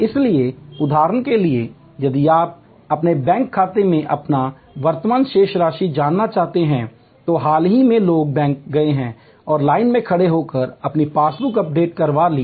इसलिए उदाहरण के लिए यदि आप अपने बैंक खाते में अपना वर्तमान शेष राशि जानना चाहते हैं तो हाल ही में लोग बैंक गए और लाइन में खड़े होकर अपनी पासबुक अपडेट करवा ली